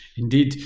Indeed